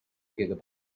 gigabytes